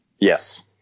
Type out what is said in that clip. Yes